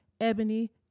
Ebony